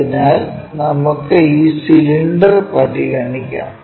അതിനാൽ നമുക്ക് ഈ സിലിണ്ടർ പരിഗണിക്കാം